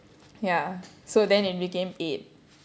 ya so then it became eight